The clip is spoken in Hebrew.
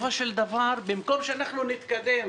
בסופו של דבר, במקום שאנחנו נתקדם